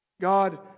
God